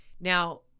Now